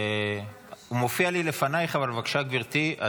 הוא מופיע לי לפנייך, אבל בבקשה, גברתי.